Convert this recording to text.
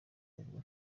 bavuga